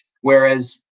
Whereas